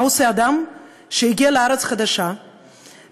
מה עושה אדם שהגיע לארץ חדשה ושם,